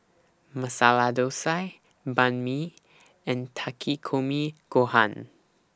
Masala Dosa Banh MI and Takikomi Gohan